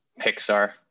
Pixar